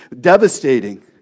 devastating